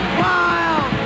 wild